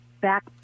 back